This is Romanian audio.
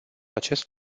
acest